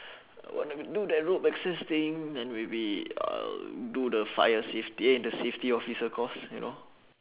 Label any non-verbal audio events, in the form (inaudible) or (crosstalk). (breath) wanna do that rope access thing then maybe uh do the fire safet~ eh the safety officer course you know